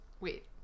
Wait